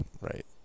Right